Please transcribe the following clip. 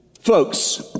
folks